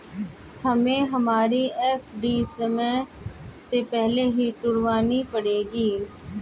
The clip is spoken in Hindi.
हमें हमारी एफ.डी समय से पहले ही तुड़वानी पड़ेगी